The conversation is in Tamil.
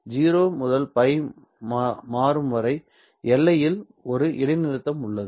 0 முதல் π மாறும் வரை எல்லையில் ஒரு இடைநிறுத்தம் உள்ளது